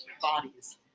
bodies